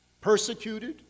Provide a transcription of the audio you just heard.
persecuted